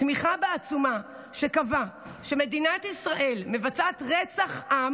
תמיכה בעצומה שקבעה שמדינת ישראל מבצעת רצח עם